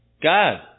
God